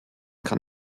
kann